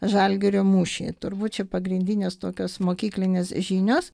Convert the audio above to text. žalgirio mūšyje turbūt čia pagrindinės tokios mokyklinės žinios